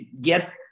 get